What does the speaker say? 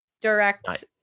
direct